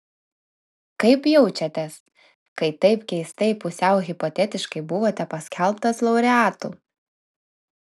kaip jaučiatės kai taip keistai pusiau hipotetiškai buvote paskelbtas laureatu